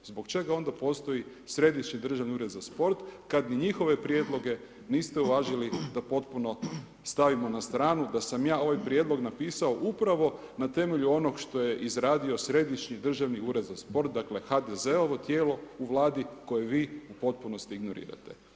Zbog čega onda postoji Središnji državni ured za sport kada ni njihove prijedloge niste uvažili da potpuno stavimo na stranu da sam ja ovaj prijedlog napisao upravo na temelju onog što je izradio Središnji državni ured za sport, dakle HDZ-ovo tijelo u Vladi koje vi u potpunosti ignorirate.